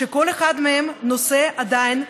שכל אחד מהם נושא עדיין,